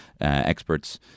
experts